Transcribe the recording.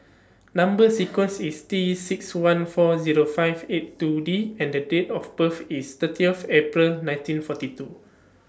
Number sequence IS T six one four Zero five eight two D and The Date of birth IS thirtieth April nineteen forty two